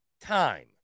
time